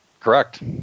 correct